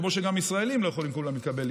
כמו שגם ישראלים לא יכולים כולם להתקבל,